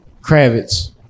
Kravitz